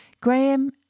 Graham